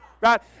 right